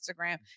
instagram